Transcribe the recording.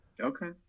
Okay